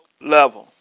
level